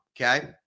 okay